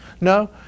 No